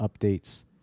updates